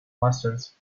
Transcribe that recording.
monsters